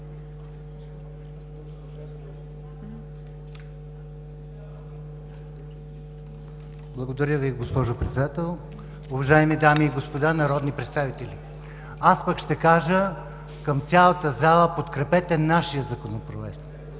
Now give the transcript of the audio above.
Благодаря Ви, госпожо Председател. Уважаеми дами и господа народни представители! Аз пък ще кажа към цялата зала: подкрепете нашия Законопроект!